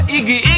Iggy